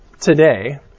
today